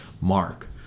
mark